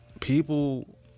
People